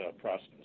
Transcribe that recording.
process